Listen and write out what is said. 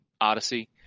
Odyssey